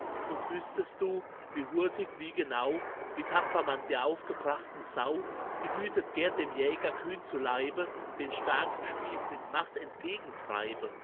und wüsstest du wie hurtig wie genau wie tapfer man der aufgebrachten sau die wütet gern dem jäger kühn zu leibe den starken spies mit macht